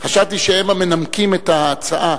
חשבתי שהם המנמקים את ההצעה.